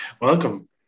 Welcome